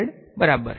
dy નથી પણ અને બરાબર